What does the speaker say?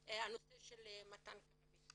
הנושא של מתן קנאביס.